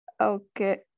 Okay